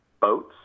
boats